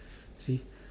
see